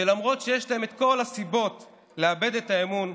שלמרות שיש להם את כל הסיבות לאבד את האמון,